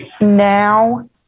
now